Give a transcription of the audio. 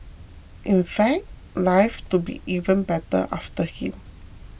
in fact life to be even better after him